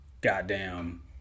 goddamn